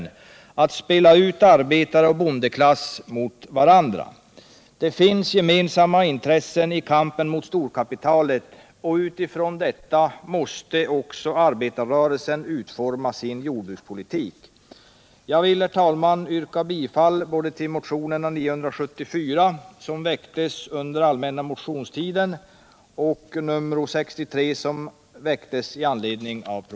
Det finns heller ingen anledning att spela ut arbetaroch bondeklass mot varandra. Här har vi gemensamma intressen i kampen mot storkapitalet, och utifrån detta måste arbetarrörelsen också utforma sin jordbrukspolitik. Herr talman! Jag vill yrka bifall till motionen 974 som väcktes under